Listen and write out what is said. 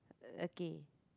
okay